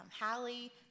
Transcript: Hallie